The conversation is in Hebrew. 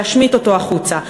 להשמיט אותו החוצה.